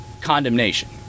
condemnation